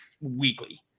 weekly